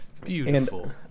Beautiful